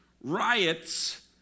riots